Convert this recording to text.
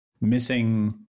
missing